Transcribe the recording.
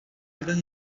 algas